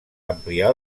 ampliar